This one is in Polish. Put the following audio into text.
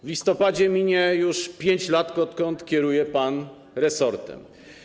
W listopadzie minie już 5 lat, odkąd kieruje pan resortem.